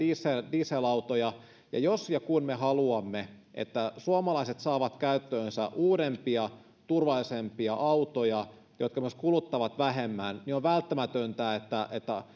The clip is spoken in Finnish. dieselautoja jos ja kun me haluamme että suomalaiset saavat käyttöönsä uudempia turvallisempia autoja jotka myös kuluttavat vähemmän on välttämätöntä että